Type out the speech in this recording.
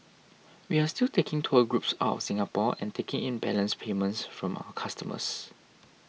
we are still taking tour groups out of Singapore and taking in balance payments from our customers